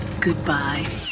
Goodbye